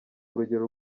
urugero